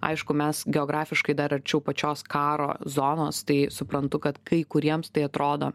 aišku mes geografiškai dar arčiau pačios karo zonos tai suprantu kad kai kuriems tai atrodo